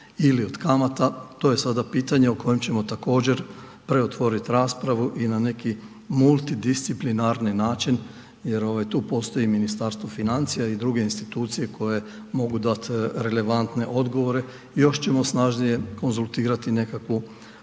ili od kamata, to je sada pitanje o kojem ćemo također preotvorit raspravu i na neki multidisciplinarni način jer tu postoji Ministarstvo financija i druge institucije koje mogu dat relevantne odgovore, još ćemo snažnije konzultirati nekakvu